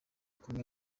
kumwe